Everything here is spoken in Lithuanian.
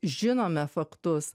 žinome faktus